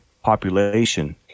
population